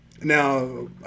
Now